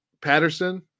Patterson